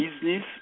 business